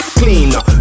cleaner